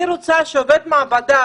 אני רוצה שעובד מעבדה,